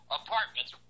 apartments